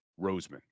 Roseman